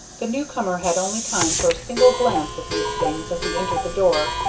the new-comer had only time for a single glance at these things as he entered the door,